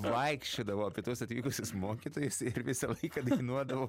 vaikščiodavo apie tuos atvykusius mokytojus ir visą laiką dainuodavo